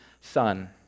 son